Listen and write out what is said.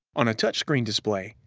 on a touchscreen display,